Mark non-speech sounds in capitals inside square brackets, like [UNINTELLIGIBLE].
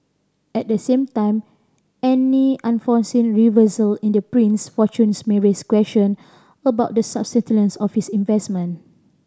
at the same time any unforeseen reversal in the prince fortunes may raise question about the [UNINTELLIGIBLE] of his investment